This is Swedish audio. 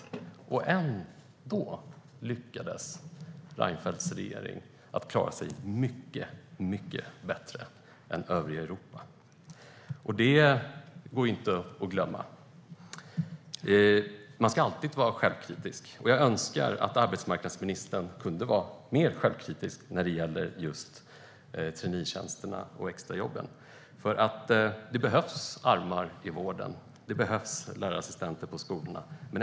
Ändå lyckades Reinfeldts regering se till att Sverige klarade sig mycket bättre än övriga Europa. Det går inte att glömma. Man ska alltid vara självkritisk, och jag önskar att arbetsmarknadsministern kunde vara mer självkritisk när det gäller just traineetjänsterna och extrajobben. Det behövs nämligen fler armar i vården och lärarassistenter i skolorna.